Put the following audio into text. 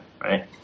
right